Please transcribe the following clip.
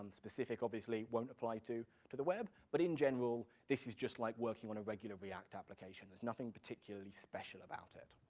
um obviously, won't apply to to the web, but in general, this is just like working on a regular react application. there's nothing particularly special about it.